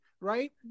right